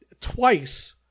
twice